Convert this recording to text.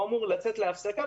הוא אמור לצאת להפסקה,